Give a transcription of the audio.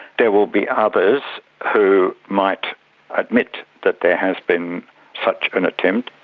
there will be others who might admit that there has been such an attempt.